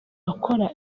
akora